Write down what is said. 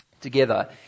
together